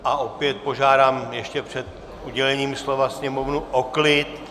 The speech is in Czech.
A opět požádám ještě před udělením slova sněmovnu o klid.